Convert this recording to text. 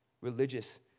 Religious